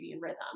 rhythm